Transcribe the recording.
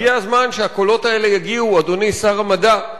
הגיע הזמן שהקולות האלה יגיעו, אדוני שר המדע,